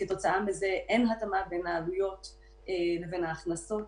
כתוצאה מזה אין התאמה בין העלויות לבין ההכנסות.